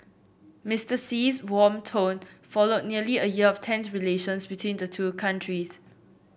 Mister Xi's warm tone followed nearly a year of tense relations between the two countries